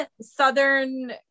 Southern